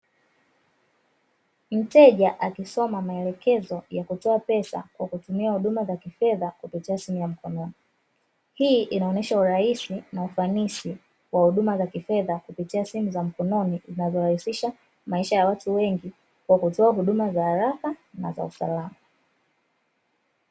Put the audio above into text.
Mteja akisoma maelekezo ya kutoa pesa kwa kutumia huduma za kifedha kupitia simu ya mkono. Hii inaonyesha uraisi na ufanisi wa huduma za kifedha kupitia simu za mkononi inavyorahisisha maisha ya watu wengi kwa kutoa huduma za haraka na za usalama.